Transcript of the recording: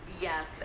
yes